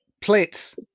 Plates